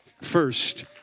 first